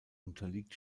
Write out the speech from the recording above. unterliegt